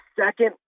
second